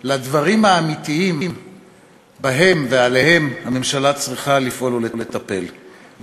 לדברים האמיתיים שבהם ושעליהם הממשלה צריכה לפעול ולטפל,